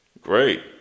Great